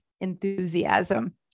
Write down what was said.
enthusiasm